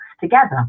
together